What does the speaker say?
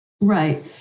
Right